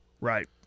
Right